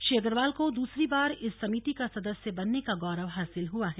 श्री अग्रवाल को दूसरी बार इस समिति का सदस्य बनने का गौरव हासिल हुआ है